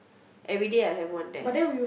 everyday I have one test